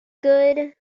good